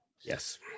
yes